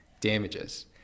damages